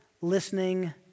listening